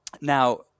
Now